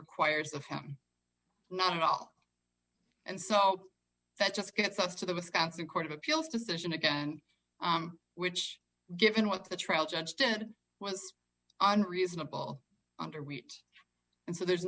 required of him not at all and so that just gets us to the wisconsin court of appeals decision again which given what the trial judge did was unreasonable under wheat and so there's